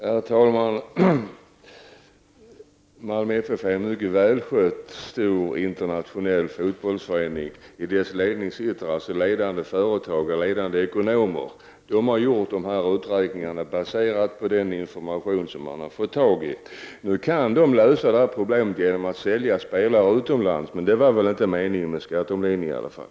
Herr talman! Malmö FF är en mycket välskött stor internationell fotbollsförening. I dess ledning sitter ledande företagare och ekonomer. Dessa har gjort nämnda uträkningar på basis av den information som de fått. Nu kan problemet emellertid lösas genom att man säljer spelare till utlandet. Men det var väl ändå inte meningen med skatteomläggningen.